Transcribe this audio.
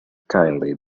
kindly